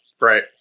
right